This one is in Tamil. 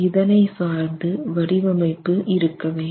இதனை சார்ந்து வடிவமைப்பு இருக்க வேண்டும்